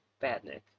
Badnik